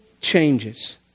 changes